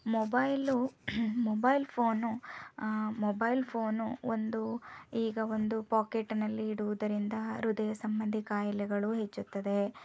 mobile mobile phone mobile phone ಒಂದು ಈಗ ಒಂದು ಪೋಕೆಟ್ನಲ್ಲಿ ಇಡುವುದರಿಂದ ಹೃದಯ ಸಂಬಂಧಿ ಖಾಯಿಲೆಗಳು ಹೆಚ್ಚುತ್ತದೆ